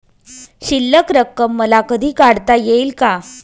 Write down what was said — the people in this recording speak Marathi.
शिल्लक रक्कम मला कधी काढता येईल का?